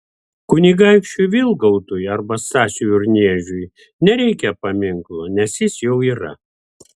kunigaikščiui vilgaudui arba stasiui urniežiui nereikia paminklo nes jis jau yra